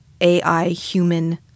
AI-human